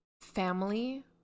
family